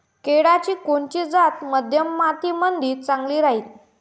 केळाची कोनची जात मध्यम मातीमंदी चांगली राहिन?